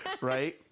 Right